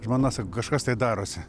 žmona sako kažkas tai darosi